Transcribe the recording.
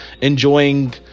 enjoying